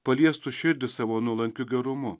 paliestų širdį savo nuolankiu gerumu